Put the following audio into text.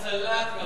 מהצלת קרנות הפנסיה.